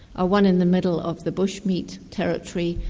our one in the middle of the bush-meat territory,